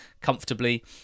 comfortably